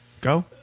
Go